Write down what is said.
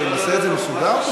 שנעשה את זה מסודר פשוט?